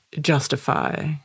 justify